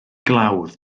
glawdd